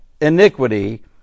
iniquity